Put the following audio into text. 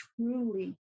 truly